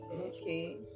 Okay